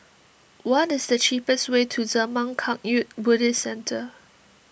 what is the cheapest way to Zurmang Kagyud Buddhist Centre